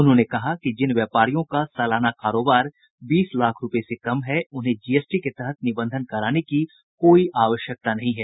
उन्होंने कहा कि जिन व्यापारियों का सलाना कारोबार बीस लाख रूपये से कम है उन्हें जीएसटी के तहत निबंधन कराने की कोई आवश्यकता नहीं है